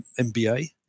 MBA